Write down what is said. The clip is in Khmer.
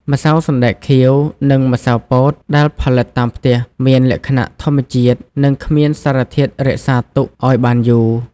ម្សៅសណ្តែកខៀវ និងម្សៅពោតដែលផលិតតាមផ្ទះ មានលក្ខណៈធម្មជាតិ និងគ្មានសារធាតុរក្សាទុកឱ្យបានយូរ។